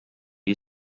you